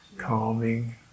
calming